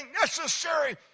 necessary